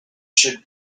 should